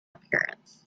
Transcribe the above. appearance